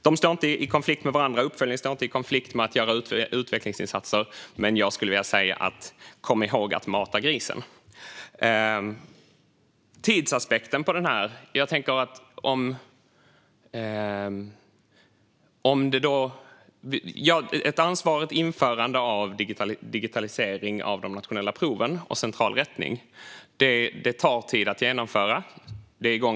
De står inte i konflikt med varandra - uppföljning står inte i konflikt med att göra utvecklingsinsatser - men jag skulle vilja säga: Kom ihåg att mata grisen! Ett ansvarsfullt införande av digitalisering av de nationella proven och central rättning tar tid att genomföra.